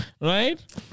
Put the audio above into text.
Right